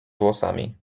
włosami